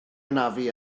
anafu